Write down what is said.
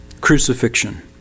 Crucifixion